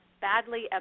badly